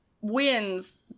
wins